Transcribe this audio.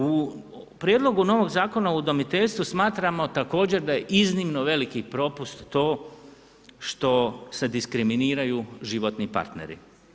U prijedlogu novog Zakona o udomiteljstvu smatramo također da je iznimno veliki propust to što se diskriminiraju životni partneri.